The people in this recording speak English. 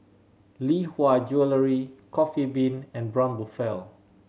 Lee Hwa Jewellery Coffee Bean and Braun Buffel